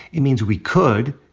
it means we could,